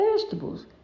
vegetables